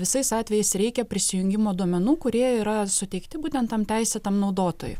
visais atvejais reikia prisijungimo duomenų kurie yra suteikti būtent tam teisėtam naudotojui